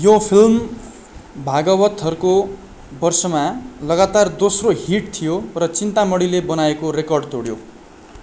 यो फिल्म भागवथहरूको बर्षमा लगातार दोस्रो हिट थियो र चिन्तामणिले बनाएको रेकर्ड तोड्यो